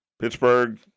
Pittsburgh